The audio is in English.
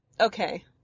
okay